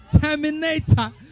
Terminator